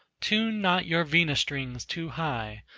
tune not your vina-strings too high,